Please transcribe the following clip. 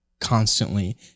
constantly